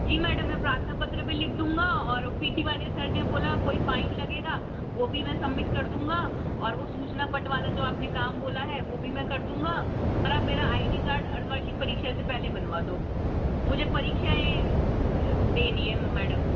जी madam में प्रार्थना पत्र भी लिख दूँगा और पी टी वाले सर ने बोला कोई फाइन लगेगा वो भी में सम्मिट कर दूँगा और वो सूचना पट वाला जो आपने काम बोला है वो भी मैं कर दूँगा और आप मेरा आई डी कार्ड अर्द्धवार्षिक परीक्षा से पहले बनवो दो मुझे परीक्षाऐं देनी है मैडम